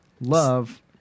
Love